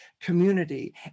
community